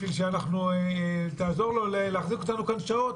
בשביל שתעזור לו להחזיק אותנו כאן שעות,